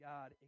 God